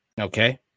Okay